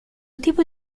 tipo